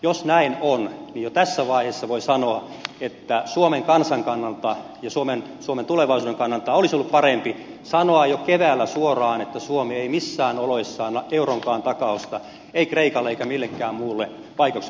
jos näin on niin jo tässä vaiheessa voi sanoa että suomen kansan kannalta ja suomen tulevaisuuden kannalta olisi ollut parempi sanoa jo keväällä suoraan että suomi ei missään oloissa anna euronkaan takausta ennen kristusta ikalle eikä millekään muulle vaikeuksissa olevalle maalle